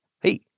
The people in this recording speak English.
Hey